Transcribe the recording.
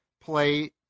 play